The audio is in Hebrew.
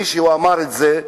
מישהו אמר את זה,